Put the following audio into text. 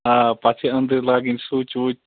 آ پتہٕ چھِ أندٕرۍ لاگٕنۍ سُچ وُچ